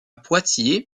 poitiers